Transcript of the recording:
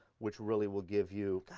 which really will give you,